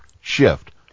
shift